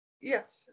Yes